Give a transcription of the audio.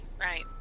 Right